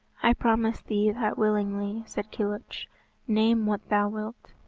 i promise thee that willingly, said kilhuch, name what thou wilt.